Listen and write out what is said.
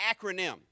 acronym